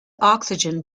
oxygen